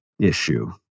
issue